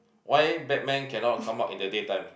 why Batman cannot come out in the day time